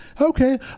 Okay